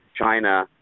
China